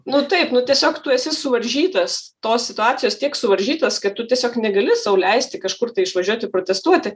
nu taip nu tiesiog tu esi suvaržytas tos situacijos tiek suvaržytas kad tu tiesiog negali sau leisti kažkur tai išvažiuoti protestuoti